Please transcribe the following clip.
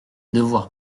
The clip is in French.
devoirs